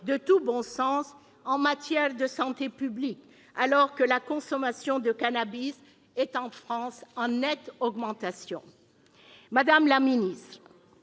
de tout bon sens en matière de santé publique, alors que la consommation de cannabis est en France en nette augmentation. Madame la ministre,